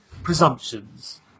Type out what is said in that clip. presumptions